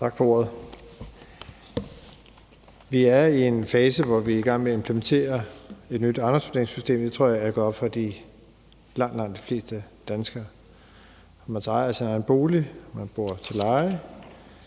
Tak for ordet. Vi er i en fase, hvor vi er i gang med at implementere et nyt ejendomsvurderingssystem. Det tror jeg er gået op for langt, langt de fleste danskere, uanset om man ejer sin egen bolig, om man bor til leje,